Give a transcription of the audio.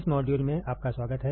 इस मॉड्यूल में आपका स्वागत है